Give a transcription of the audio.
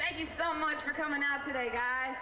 thank you so much for coming out today